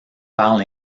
parlent